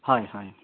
হয় হয়